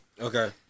Okay